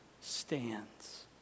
stands